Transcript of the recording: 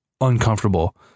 uncomfortable